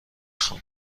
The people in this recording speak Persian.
خوام